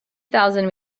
thousand